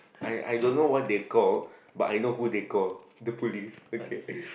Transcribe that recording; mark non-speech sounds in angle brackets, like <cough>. I I don't know what they called but I know who they call the police okay <breath>